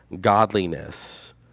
godliness